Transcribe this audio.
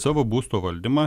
savo būsto valdymą